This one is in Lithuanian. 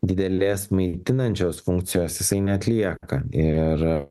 didelės maitinančios funkcijos jisai neatlieka ir